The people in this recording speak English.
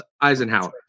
Eisenhower